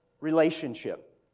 relationship